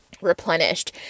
replenished